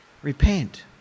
Repent